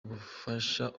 ubufasha